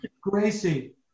Gracie